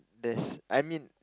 there's I mean